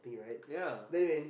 ya